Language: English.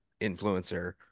influencer